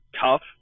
tough